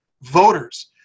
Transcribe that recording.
voters